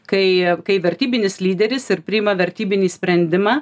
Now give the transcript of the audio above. kai kai vertybinis lyderis ir priima vertybinį sprendimą